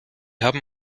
haben